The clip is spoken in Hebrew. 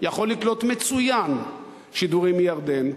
יכול לקלוט מצוין שידורים מירדן,